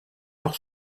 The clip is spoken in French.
leur